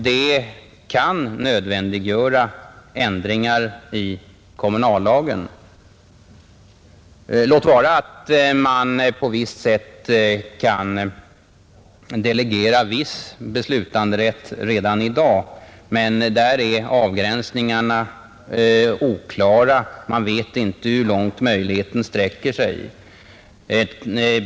Detta kan nödvändiggöra ändringar i kommunallagen. Låt vara att man på visst sätt kan delegera viss beslutanderätt redan i dag, men där är avgränsningarna oklara. Man vet inte hur långt möjligheten sträcker sig.